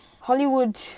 Hollywood